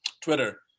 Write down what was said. Twitter